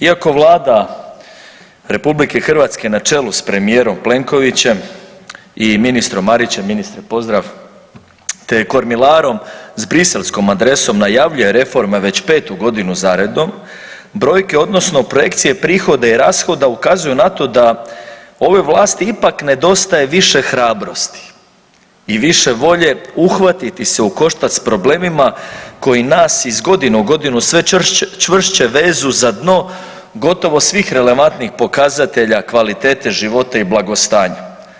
Iako Vlada RH na čelu s premijerom Plenkovićem i ministrom Marićem, ministre pozdrav, te kormilarom s briselskom adresom najavljuje reforme već petu godinu za redom, brojke odnosno projekcije prihoda i rashoda ukazuju na to da ovoj vlasti ipak nedostaje više hrabrosti i više volje uhvatiti se u koštac s problemima koje nas iz godine u godinu sve čvršće vežu za dno gotovo svih relevantnih pokazatelja kvalitete života i blagostanja.